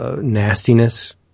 nastiness